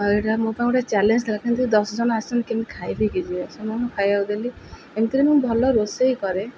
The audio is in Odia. ଆଉ ଏଟା ପାଇଁ ଗୋଟେ ଚ୍ୟାଲେଞ୍ଜ ଥିଲା କିନ୍ତୁ ଦଶ ଜଣ ଆସିଛନ୍ତି କେମିତି ଖାଇ ପିଇକି ଯିବେ ସେମାନେ ଖାଇଆକୁ ଦେଲି ଏମିତିରେ ମୁଁ ଭଲ ରୋଷେଇ କରେ